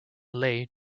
leigh